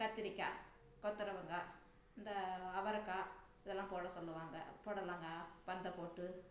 கத்திரிக்காய் கொத்தருவங்காய் இந்த அவரக்காய் இதல்லாம் போடச் சொல்லுவாங்க பொடலங்காய் பந்த போட்டு